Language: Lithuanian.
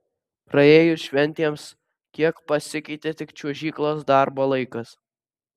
praėjus šventėms kiek pasikeitė tik čiuožyklos darbo laikas